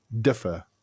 differ